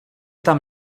tam